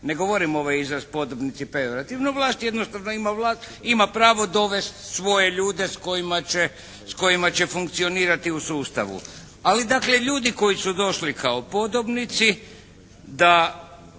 Ne govorim ovaj izraz podbonici pejorativno. Vlast jednostavno ima vlast, ima pravo dovesti svoje ljude s kojima će, s kojima će funkcionirati u sustavu. Ali dakle ljudi koji su došli kao podobnici da